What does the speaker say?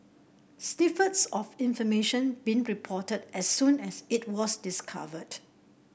snippets of information being reported as soon as it was discovered